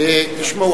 תשמעו,